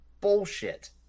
bullshit